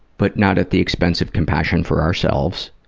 but not at the expense of compassion for ourselves